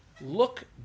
Look